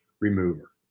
remover